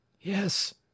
Yes